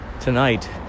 tonight